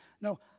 No